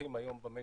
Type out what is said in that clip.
צורכים היום במשק,